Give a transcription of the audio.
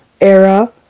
era